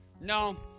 No